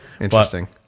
Interesting